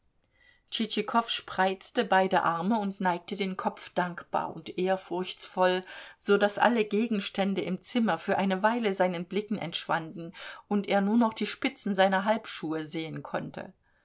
tschitschikow spreizte beide arme und neigte den kopf dankbar und ehrfurchtsvoll so daß alle gegenstände im zimmer für eine weile seinen blicken entschwanden und er nur noch die spitzen seiner halbschuhe sehen konnte